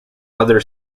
other